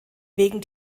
wegen